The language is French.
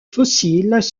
fossiles